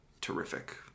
terrific